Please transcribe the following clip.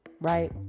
right